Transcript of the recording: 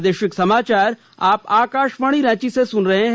प्रादेशिक समाचार आप आकाशवाणी रांची से सुन रहे हैं